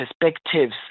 perspectives